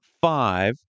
five